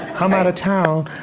i'm out of town.